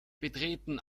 betreten